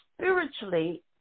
spiritually